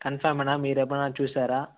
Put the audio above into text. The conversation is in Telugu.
కన్ఫర్మమేనా మీరు ఏమన్న చూసారా